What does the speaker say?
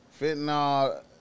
Fentanyl